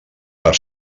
per